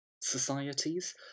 societies